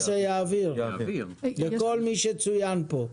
נכתוב יעביר לכל מי שצוין כאן.